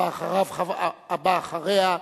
הבא אחריה,